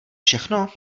všechno